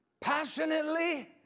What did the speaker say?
Passionately